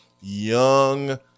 young